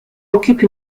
occupe